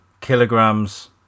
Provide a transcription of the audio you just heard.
kilograms